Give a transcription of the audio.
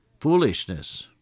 Foolishness